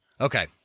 Okay